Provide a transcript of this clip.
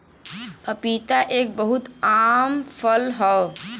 पपीता एक बहुत आम फल हौ